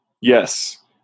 Yes